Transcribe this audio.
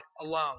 alone